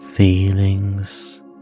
Feelings